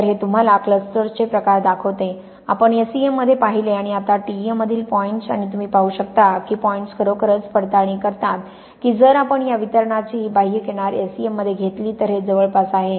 तर हे तुम्हाला क्लस्टर्सचे प्रकार दाखवते आपण SEM मध्ये पाहिले आणि आता TEM मधील पॉइंट्स आणि तुम्ही पाहू शकता की पॉइंट्स खरोखरच पडताळणी करतात की जर आपण या वितरणाची ही बाह्य किनार SEM मध्ये घेतली तर हे जवळपास आहे